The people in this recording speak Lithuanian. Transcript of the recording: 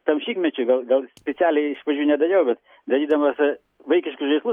tam šimtmečiui gal gal specialiai iš pradžių nedariau bet darydamas vaikiškus žaislus